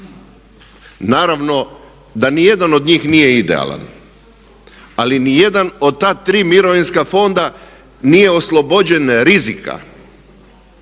Naravno da ni jedan od njih nije idealan, ali ni jedan od ta tri mirovinska fonda nije oslobođen rizika.